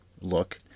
look